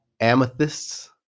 Amethysts